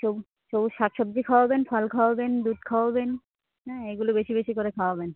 সবু সবুজ শাক সবজি খাওয়াবেন ফল খাওয়াবেন দুধ খাওয়াবেন হ্যাঁ এগুলো বেশি বেশি করে খাওয়াবেন